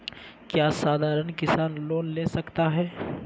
क्या साधरण किसान लोन ले सकता है?